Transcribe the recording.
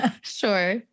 sure